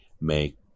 make